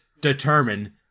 determine